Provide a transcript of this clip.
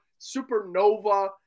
supernova